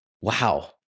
Wow